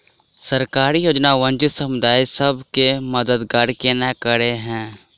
सरकारी योजना वंचित समुदाय सब केँ मदद केना करे है?